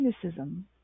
cynicism